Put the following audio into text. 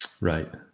right